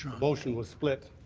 motion was split.